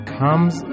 comes